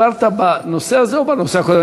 עיסאווי, אתה דיברת בנושא הזה או בנושא הקודם?